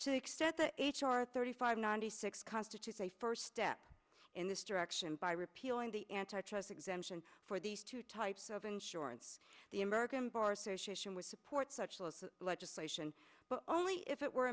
to the extent that h r thirty five ninety six constitutes a first step in this direction by repealing the antitrust exemption for these two types of insurance the american bar association with support such legislation but only if it were